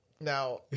Now